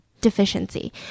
deficiency